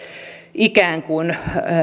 ikään kuin